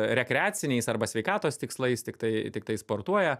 rekreaciniais arba sveikatos tikslais tiktai tiktai sportuoja